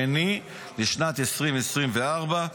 שני לשנת 2024,